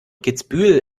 kitzbühel